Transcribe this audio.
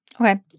okay